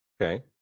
Okay